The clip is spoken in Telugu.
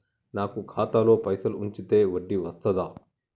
నాకు ఖాతాలో పైసలు ఉంచితే వడ్డీ వస్తదా?